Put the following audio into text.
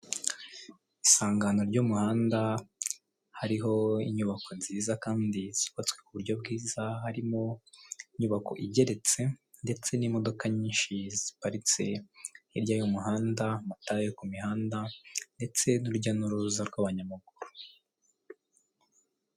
Isangano ry'umuhanda hariho inyubako nziza kandi zubatswe ku buryo bwiza, harimo inyubako igeretse ndetse n'imodoka nyinshi ziparitse hirya y'umuhanda, amatara yo ku mihanda ndetse n'urujya n'uruza rw'abanyamaguru.